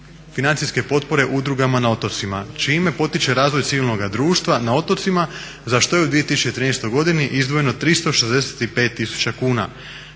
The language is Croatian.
financijske potpore udrugama na otocima čime potiče razvoj civilnoga društva na otocima za što je u 2013. godini izdvojeno 365 tisuća kuna.